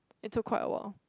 it took quite a while